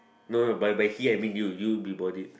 no by by he I mean you you be bodied